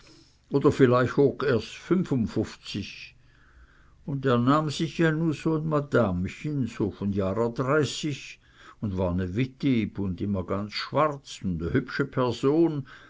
oder vielleicht ooch erst fünfundfufzig un der nahm sich ja nu so'n madamchen so von'n jahrer dreißig un war ne wittib un immer janz schwarz un ne hübsche person